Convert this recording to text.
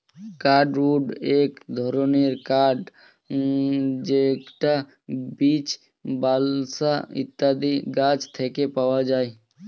hardwood এক ধরনের কাঠ যেটা বীচ, বালসা ইত্যাদি গাছ থেকে পাওয়া যায়